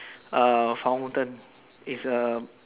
a fountain it's a